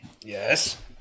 yes